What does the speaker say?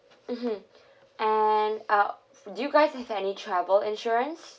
mmhmm and uh do you guys have any travel insurance